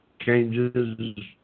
changes